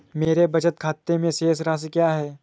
मेरे बचत खाते में शेष राशि क्या है?